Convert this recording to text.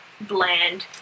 bland